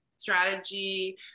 strategy